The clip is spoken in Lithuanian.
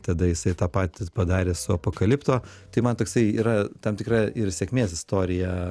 tada jisai tą patį padarė su apokalipto tai man toksai yra tam tikra ir sėkmės istorija